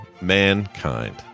mankind